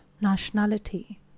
nationality